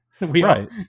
Right